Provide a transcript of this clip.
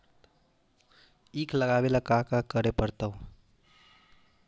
ईख लगावे ला का का करे पड़तैई?